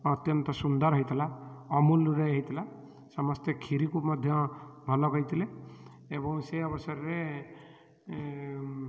ଅତ୍ୟନ୍ତ ସୁନ୍ଦର ହୋଇଥିଲା ଅମୁଲ୍ରେ ହୋଇଥିଲା ସମସ୍ତେ ଖିରିକୁ ମଧ୍ୟ ଭଲ କହିଥିଲେ ଏବଂ ସେ ଅବସରରେ